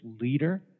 leader